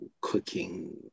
cooking